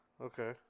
Okay